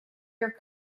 your